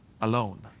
alone